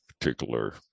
particular